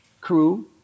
crew